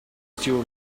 still